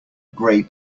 gray